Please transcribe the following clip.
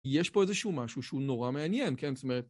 יש פה איזה שהוא משהו שהוא נורא מעניין, כן? זאת אומרת...